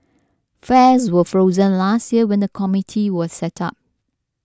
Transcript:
fares were frozen last year when the committee was set up